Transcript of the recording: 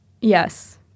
Yes